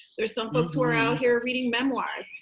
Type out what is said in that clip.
there's some folks who are out here reading memoirs.